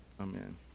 Amen